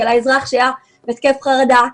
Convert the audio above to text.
האזרח שהיה בהתקף חרדה,